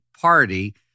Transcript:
Party